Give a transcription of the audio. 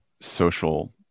social